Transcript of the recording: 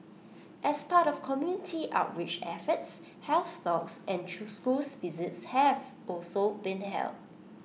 as part of community outreach efforts health thoughts and true schools visits have also been held